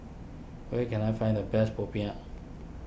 where can I find the best Popiah